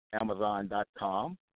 Amazon.com